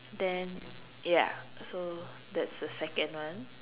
then ya so that's the second one